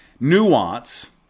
nuance